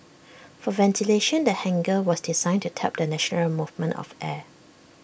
for ventilation the hangar was designed to tap the natural movement of air